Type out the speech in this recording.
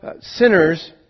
sinners